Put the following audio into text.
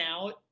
out